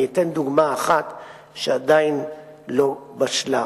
אני אתן דוגמה אחת שעדיין לא בשלה.